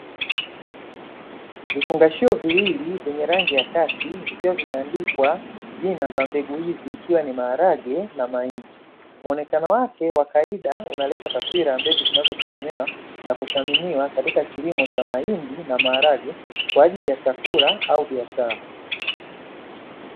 Vifungashio viwili vyenye rangi ya kaki, vikiwa vimeandikwa jina za mbegu hizi ikiwa ni maharage na mahindi, muonekano wake wa kawaida unaleta taswira ya mbegu zinazotegemewa na kuthaminiwa, katika kilimo cha mahindi na maharage, kwa ajili ya chakula au biashara.